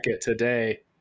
today